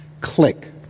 Click